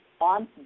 on